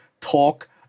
talk